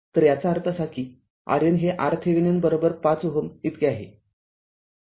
तर याचा अर्थ असा की RN हे RThevenin ५ Ω इतके आहे